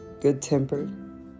good-tempered